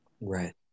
Right